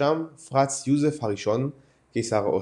ובראשם פרנץ יוזף הראשון, קיסר אוסטריה.